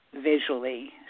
visually